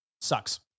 Sucks